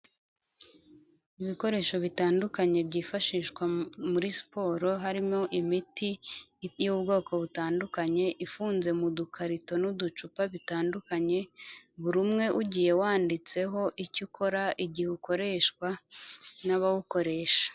Ibikoresho bitandukanye byifashishwa muri siporo, harimo imititi y'ubwoko butandukanye ifunze mu dukarito n'uducupa bitandukanye, buri umwe ugiye wanditseho icyo ukora, igihe ukoreshwa n'abawukoresha.